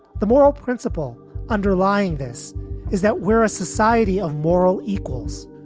the moral principle underlying this is that we're a society of moral equals.